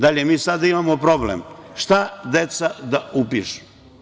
Dalje, mi sada imamo problem, šta deca da upišu.